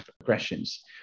aggressions